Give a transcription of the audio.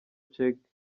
czech